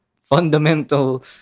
fundamental